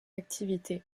activité